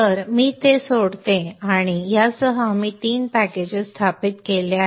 तर मी ते सोडतो आणि यासह आम्ही तीन पॅकेजेस स्थापित केले आहेत